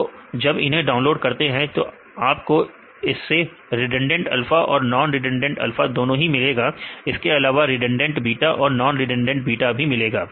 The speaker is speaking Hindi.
तो जब इन्हें डाउनलोड करते हैं तो आपको इसमें रिडंडेंट अल्फा और नॉन रिडंडेंट अल्फा दोनों ही मिलेगा इसके अलावा रिडंडेंट बीटा और नॉन रिडंडेंट बीटा भी मिलेगा